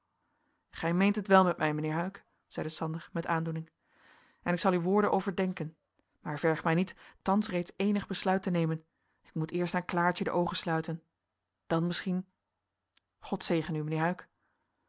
gij meent het wel met mij mijnheer huyck zeide sander met aandoening en ik zal uw woorden overdenken maar verg mij niet thans reeds eenig besluit te nemen ik moet eerst aan klaartje de oogen sluiten dan misschien god zegene u